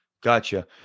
gotcha